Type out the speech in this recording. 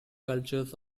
cultures